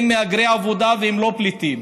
הם מהגרי עבודה והם לא פליטים,